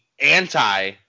anti